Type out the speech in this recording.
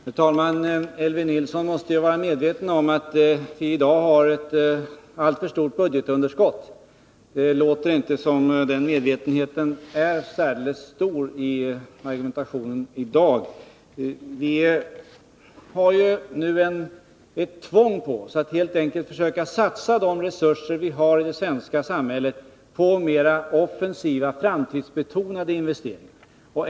Herr talman! Elvy Nilsson måste vara medveten om att vi i dag har ett alltför stort budgetunderskott. Det låter inte på argumentationen som om den medvetenheten är särdeles stor. Vi har nu ett tvång på oss att helt enkelt försöka satsa de resurser vi har i det svenska samhället på mer offensiva, framtidsbetonade investeringar.